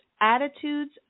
attitudes